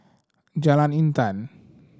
Jalan Intan